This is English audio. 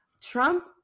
Trump